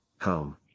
Home